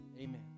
Amen